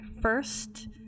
first